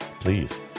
Please